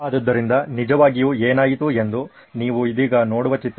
ಆದ್ದರಿಂದ ನಿಜವಾಗಿಯೂ ಏನಾಯಿತು ಎಂದು ನೀವು ಇದೀಗ ನೋಡುವ ಚಿತ್ರ